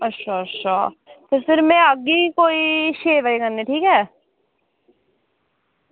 अच्छा अच्छा ते फिर में आह्गी कोई छे बजे कन्नै ठीक ऐ